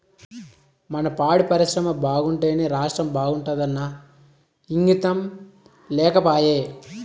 మన పాడి పరిశ్రమ బాగుంటేనే రాష్ట్రం బాగుంటాదన్న ఇంగితం లేకపాయే